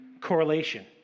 correlation